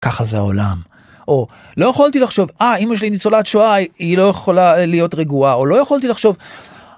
ככה זה העולם, או לא יכולתי לחשוב, הא, אמא שלי ניצולת שואה היא לא יכולה להיות רגועה, או לא יכולתי לחשוב.